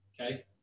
okay